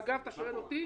אגב אם אתה שואל אותי,